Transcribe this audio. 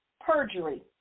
perjury